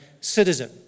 citizen